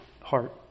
heart